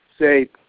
say